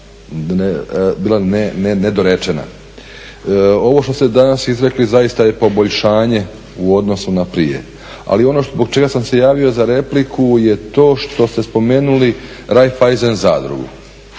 bila nedorečena. Ovo što ste danas izrekli zaista je poboljšanje u odnosu na prije. Ali ono zbog čega sam se javio za repliku je to što ste spomenuli Raifeisen zadrugu.